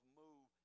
move